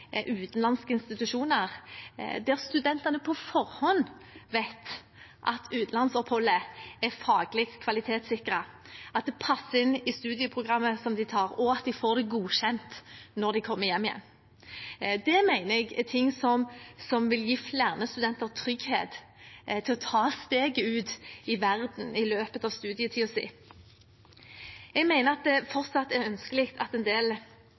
utenlandske institusjoner, der studentene på forhånd vet at utenlandsoppholdet er faglig kvalitetssikret, at det passer inn i studieprogrammet som de tar, og at de får det godkjent når de kommer hjem igjen. Det mener jeg er noe som vil gi flere studenter trygghet til å ta steget ut i verden i løpet av studietiden sin. Jeg mener at det fortsatt er ønskelig at en del